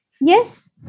yes